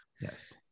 Yes